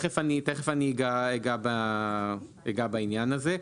תיכף אגע בעניין הזה.